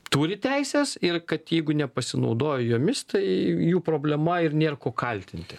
turi teises ir kad jeigu nepasinaudojo jomis tai jų problema ir nėr ko kaltinti